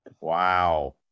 Wow